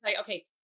okay